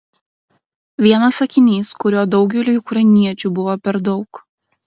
vienas sakinys kurio daugeliui ukrainiečių buvo per daug